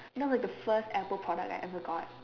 that was the first apple pod that I ever got